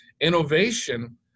Innovation